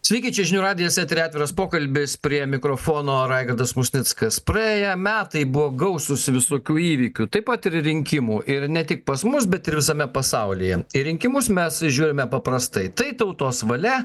sveiki čia žinių radijas eteryje atviras pokalbis prie mikrofono raigardas musnickas praėję metai buvo gausūs visokių įvykių taip pat ir rinkimų ir ne tik pas mus bet ir visame pasaulyje į rinkimus mes žiūrime paprastai tai tautos valia